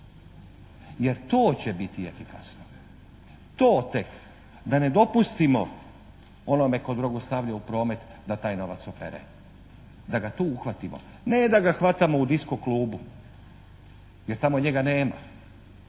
Jer to će biti efikasno. To tek, da ne dopustimo onome tko drogu stavlja u promet da taj novac opere. Da ga tu uhvatimo. Ne da ga hvatamo u disko klubu jer tamo njega nema.